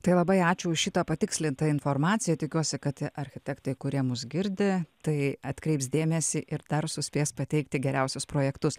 tai labai ačiū už šitą patikslintą informaciją tikiuosi kad architektai kurie mus girdi tai atkreips dėmesį ir dar suspės pateikti geriausius projektus